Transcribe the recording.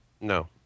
No